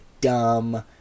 dumb